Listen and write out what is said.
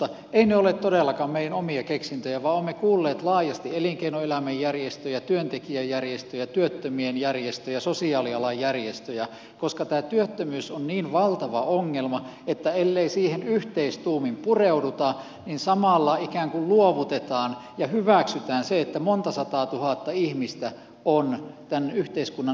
eivät ne ole todellakaan meidän omia keksintöjä vaan olemme kuulleet laajasti elinkeinoelämän järjestöjä työntekijäjärjestöjä työttömien järjestöjä sosiaalialan järjestöjä koska tämä työttömyys on niin valtava ongelma että ellei siihen yhteistuumin pureuduta niin samalla ikään kuin luovutetaan ja hyväksytään se että monta sataatuhatta ihmistä on tämän yhteiskunnan ulkopuolella